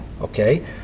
Okay